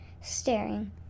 staring